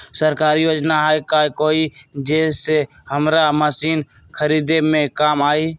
सरकारी योजना हई का कोइ जे से हमरा मशीन खरीदे में काम आई?